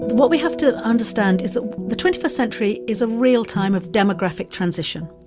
what we have to understand is that the twenty first century is a real time of demographic transition,